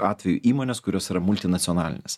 atveju įmonės kurios yra multinacionalinės